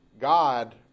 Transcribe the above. God